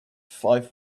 five